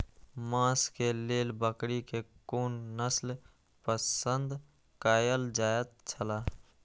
मांस के लेल बकरी के कुन नस्ल पसंद कायल जायत छला?